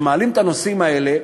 כשמעלים את הנושאים האלה,